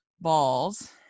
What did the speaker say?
balls